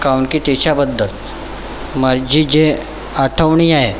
काउन की तेच्याबद्दल माझी जे आठवणी आहे